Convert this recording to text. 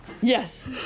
Yes